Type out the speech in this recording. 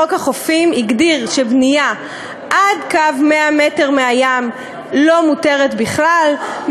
חוק החופים הגדיר שבנייה עד קו 100 מטר מהים אינה מותרת בכלל,